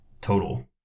total